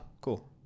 Cool